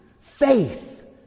faith